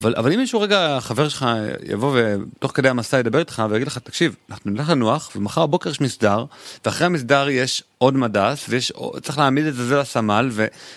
אבל אם איזשהו רגע החבר שלך יבוא ותוך כדי המסע ידבר איתך ויגיד לך תקשיב נמצא לנוח ומחר הבוקר יש מסדר ואחרי המסדר יש עוד מדס וצריך להעמיד את זה לסמל.